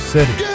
City